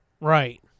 Right